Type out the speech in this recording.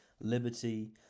liberty